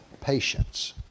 patience